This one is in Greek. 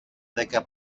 δέκα